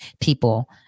People